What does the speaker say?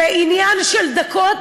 זה עניין של דקות,